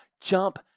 jump